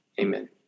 Amen